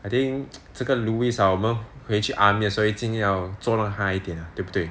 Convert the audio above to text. I think 这个 louis ah 我们回去 army 的时候一定要捉弄他一点啊对不对